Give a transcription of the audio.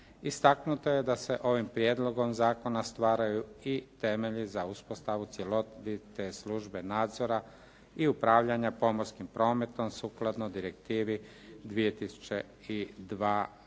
Istaknuto je da se ovim prijedlogom zakona stvaraju i temelji za uspostavu cjelovite službe nadzora i upravljanja pomorskim prometom sukladno Direktivi 2002/59